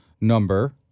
number